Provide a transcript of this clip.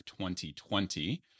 2020